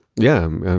yeah,